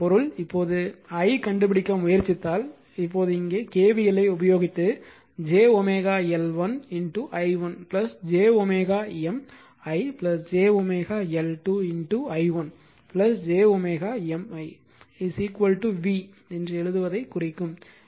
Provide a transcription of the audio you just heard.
எனவே இதன் பொருள் இப்போது I கண்டுபிடிக்க முயற்சித்தால் இப்போது இங்கே KVL ஐ உபயோகித்து j L1 i1 j M i j L2 i1 j M i v எழுதுவதைக் குறிக்கும்